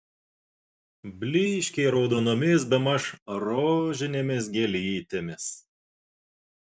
blyškiai raudonomis bemaž rožinėmis gėlytėmis